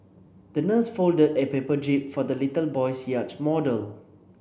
the nurse folded a paper jib for the little boy's yacht model